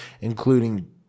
including